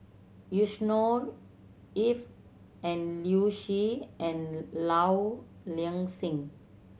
Yusnor Ef and Liu Si and Low Ing Sing